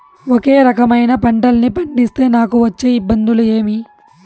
ఒకే రకమైన పంటలని పండిస్తే నాకు వచ్చే ఇబ్బందులు ఏమి?